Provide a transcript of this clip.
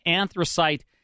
anthracite